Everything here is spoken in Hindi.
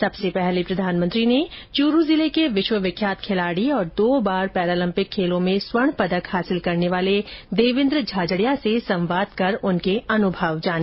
सबसे पहले प्रधानमंत्री ने चुरू जिले के विश्व विख्यात खिलाड़ी और दो बार पैरालंपिक खेलों में स्वर्ण पदक हासिल करने वाले देवेन्द्र झाझड़िया से संवाद कर उनके अनुभव जाने